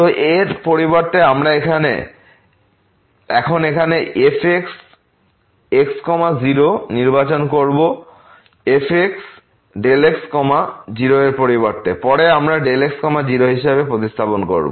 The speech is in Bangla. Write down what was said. তো এর পরিবর্তে আমরা এখন এখানে fxx 0 নির্বাচন করবো fxx0 এর পরিবর্তে পরে আমরা x0 হিসাবে প্রতিস্থাপন করবো